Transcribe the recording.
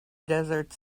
desert